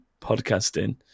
podcasting